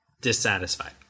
dissatisfied